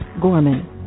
Gorman